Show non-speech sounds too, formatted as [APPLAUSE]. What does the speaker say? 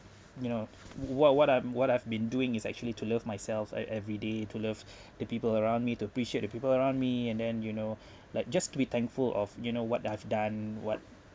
you know what what I'm what I've been doing is actually to love myself ev~ everyday to love [BREATH] the people around me to appreciate the people around me and then you know [BREATH] like just to be thankful of you know what they have done what